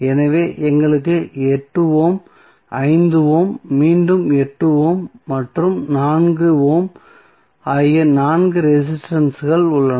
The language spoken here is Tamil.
எனவே எங்களுக்கு 8 ஓம் 5 ஓம் மீண்டும் 8 ஓம் மற்றும் 4 ஓம் ஆகிய நான்கு ரெசிஸ்டன்ஸ்கள் உள்ளன